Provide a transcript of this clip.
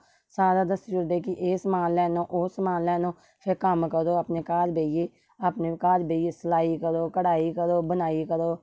सारा दस्सी ओड़दे कि एह् समान लेई आह्नो ओह् समान लेई आनो फिर कम करो अपने घार बेहियै अपने घार बेहियै सलाई करो कढाई करो बुनाई करो